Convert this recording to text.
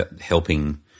helping